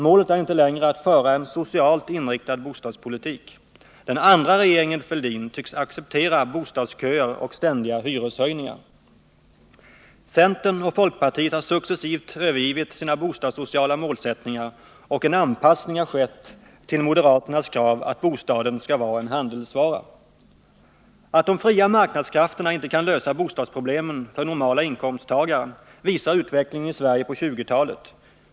Målet är inte längre att föra en socialt inriktad bostadspolitik. Den andra regeringen Fälldin tycks acceptera bostadsköer och ständiga hyreshöjningar. Centern och folkpartiet har successivt övergivit sina bostadssociala målsättningar, och en anpassning har skett till moderaternas krav att bostaden skall vara en handelsvara. Att de fria marknadskrafterna inte kan lösa bostadsproblemen för normala inkomsttagare visar utvecklingen i Sverige på 1920-talet.